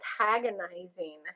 antagonizing